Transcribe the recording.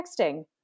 texting